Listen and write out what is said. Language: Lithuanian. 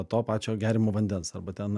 to pačio geriamo vandens arba ten